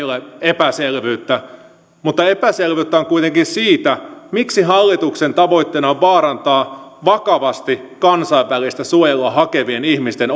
ole epäselvyyttä mutta epäselvyyttä on kuitenkin siitä miksi hallituksen tavoitteena on vaarantaa vakavasti kansainvälistä suojelua hakevien ihmisten